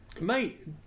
mate